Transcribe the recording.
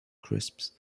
crisps